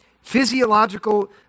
physiological